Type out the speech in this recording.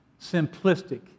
simplistic